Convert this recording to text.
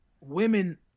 women